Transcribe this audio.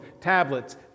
tablets